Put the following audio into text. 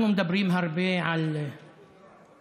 אנחנו מדברים הרבה על הפשיעה